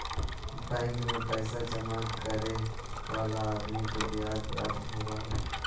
bank में पैसा जमा करे वाला आदमी के ब्याज प्राप्त होवऽ हई